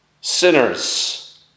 sinners